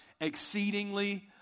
exceedingly